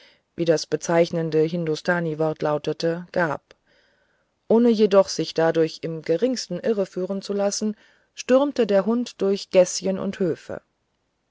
wie das bezeichnende hindostaniwort lautet gab ohne jedoch sich dadurch im geringsten irreführen zu lassen stürmte der hund durch gäßchen und höfe